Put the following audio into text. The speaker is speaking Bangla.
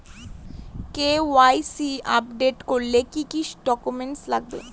কে.ওয়াই.সি আপডেট করতে কি কি ডকুমেন্টস লাগবে?